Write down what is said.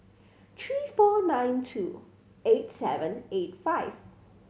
three four nine two eight seven eight five